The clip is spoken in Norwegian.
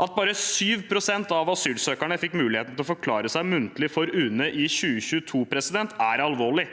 At bare 7 pst. av asylsøkerne fikk muligheten til å forklare seg muntlig for UNE i 2022, er alvorlig.